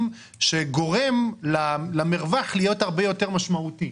שגורם למרווח להיות הרבה יותר משמעותי.